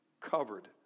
covered